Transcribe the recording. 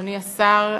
אדוני השר,